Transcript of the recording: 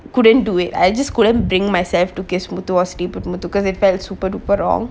couldn't do it I just couldn't bring myself to kiss muthu or sleep with muthu because I felt super duper wrong